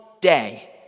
day